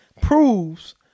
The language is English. proves